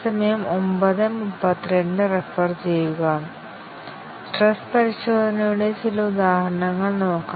stress പരിശോധനയുടെ ചില ഉദാഹരണങ്ങൾ നോക്കാം